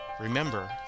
Remember